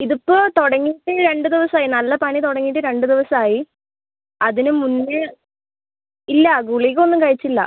ഇതിപ്പോൾ തുടങ്ങിയിട്ട് രണ്ട് ദിവസമായി നല്ല പനി തുടങ്ങിയിട്ട് രണ്ട് ദിവസമായി അതിനുമുന്നേ ഇല്ല ഗുളിക ഒന്നും കഴിച്ചില്ല